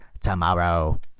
tomorrow